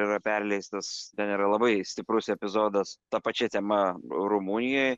yra perleistas ten yra labai stiprus epizodas ta pačia tema rumunijoj